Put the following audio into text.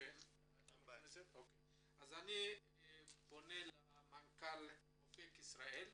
אז אני פונה למנכ"ל אופק ישראלי.